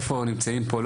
לא נמצאים פה,